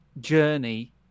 journey